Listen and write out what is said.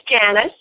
Janice